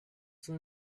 soon